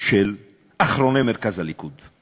של אחרוני מרכז הליכוד.